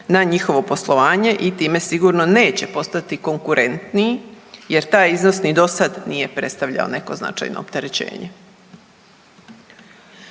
na njihovo poslovanje i time sigurno neće postati konkurentniji jer taj iznos ni do sad nije predstavljao neko značajno opterećenje.